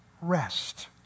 rest